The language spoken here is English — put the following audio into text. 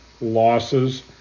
losses